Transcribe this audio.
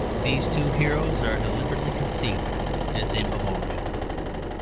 these two heroes are deliberately conceived as immortal.